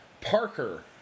Parker